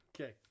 Okay